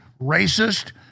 racist